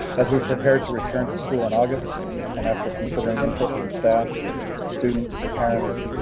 as we prepare to return to school in august and after considering input from staff students, parents,